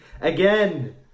again